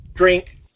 drink